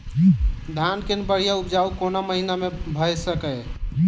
धान केँ बढ़िया उपजाउ कोण महीना मे भऽ सकैय?